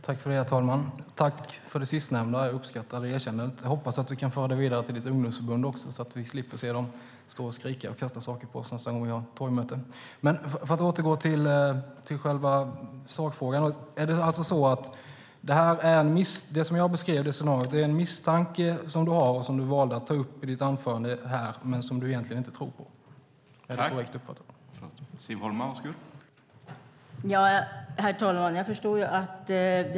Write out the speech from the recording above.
Herr talman! Jag tackar för det sistnämnda. Jag uppskattar erkännandet och hoppas att du kan föra det vidare till ditt ungdomsförbund också, Siv Holma, så att vi slipper se dem stå och skrika och kasta saker på oss nästa gång vi har torgmöte. För att återgå till själva sakfrågan: Är det alltså så att det scenario jag beskrev är en misstanke du har som du valde att ta upp i ditt anförande här men egentligen inte tror på? Är det korrekt uppfattat?